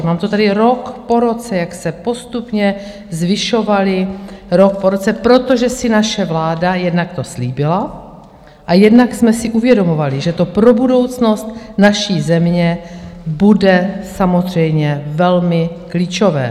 Mám to tady rok po roce, jak se postupně zvyšovaly, rok po roce, protože si naše vláda jednak to slíbila a jednak jsme si uvědomovali, že to pro budoucnost naší země bude samozřejmě velmi klíčové.